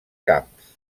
camps